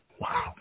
Wow